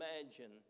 imagine